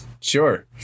Sure